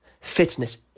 Fitness